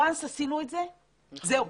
ברגע שעשינו את זה זהו,